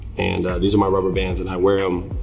and these are my rubber bands, and i wear em,